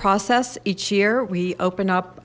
process each year we open up